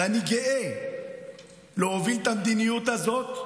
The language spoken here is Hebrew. ואני גאה להוביל את המדיניות הזאת,